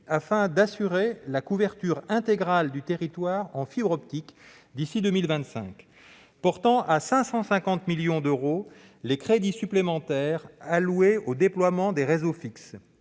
afin d'assurer la couverture intégrale du territoire en fibre optique d'ici à 2025, portant à 550 millions d'euros les crédits supplémentaires alloués au déploiement des réseaux fixes.